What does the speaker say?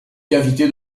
cavité